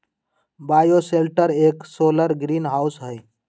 bioshelter एक solar greenhouse हई